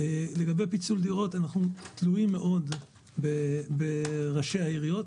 לגבי פיצול דירות אנחנו תלויים מאוד בראשי העיריות.